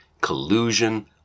collusion